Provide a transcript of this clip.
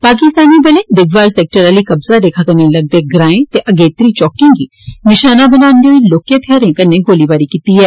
पाकिस्तानी बलें देगवार सेक्टर आली कब्जा रेखा कन्नै लगदे ग्राएं ते अगेत्री चौकिएं गी निशाना बनांदे होई लौह्के हथियारें कन्नै गोलीबारी कीती ऐ